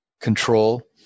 control